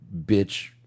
bitch